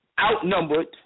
outnumbered